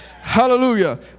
Hallelujah